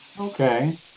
Okay